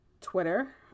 Twitter